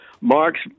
Mark's